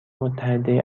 متحده